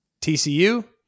TCU